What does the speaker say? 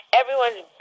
everyone's